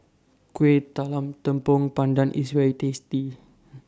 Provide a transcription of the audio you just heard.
Kuih Talam Tepong Pandan IS very tasty